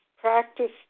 practice